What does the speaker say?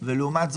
בגין אותו